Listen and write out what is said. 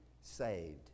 saved